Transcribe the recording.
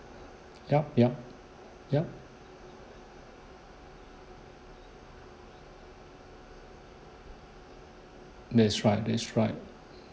yup yup yup that's right that's right